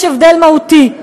יש הבדל מהותי.